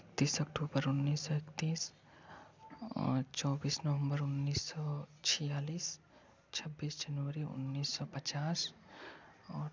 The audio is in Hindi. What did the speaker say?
तीस अक्टूबर उन्नीस सौ इकत्तीस और चौबीस नवम्बर उन्नीस सौ छियालीस छब्बीस जनवरी उन्नीस सौ पचास और